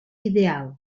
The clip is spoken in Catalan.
ideal